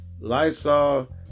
Lysol